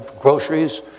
groceries